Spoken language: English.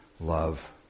love